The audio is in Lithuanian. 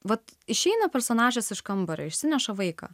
vat išeina personažas iš kambario išsineša vaiką